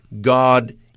God